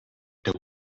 the